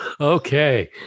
Okay